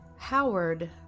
Howard